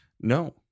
no